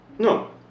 No